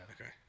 Okay